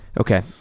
Okay